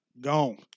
gone